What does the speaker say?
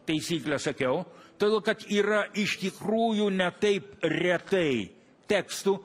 taisyklę sakiau todėl kad yra iš tikrųjų ne taip retai tekstų